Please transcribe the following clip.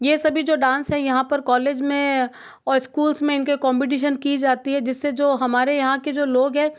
यह सभी जो डांस है यहाँ पर कॉलेज में और स्कूल में इनके कम्पटीशन की जाती है जिसे जो हमारे यहाँ के जो लोग हैं